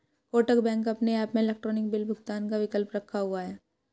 Kotak bank अपने app में electronic bill भुगतान का विकल्प रखा हुआ है